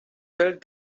felt